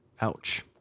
Ouch